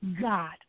God